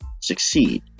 succeed